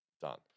done